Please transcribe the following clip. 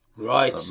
Right